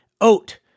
Oat